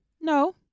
No